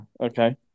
okay